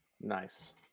Nice